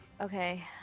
Okay